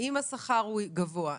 אם השכר הוא גבוה,